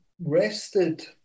rested